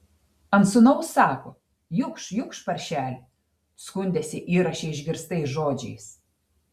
ant sūnaus sako jukš jukš paršeli skundėsi įraše išgirstais žodžiais